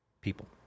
people